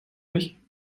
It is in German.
mich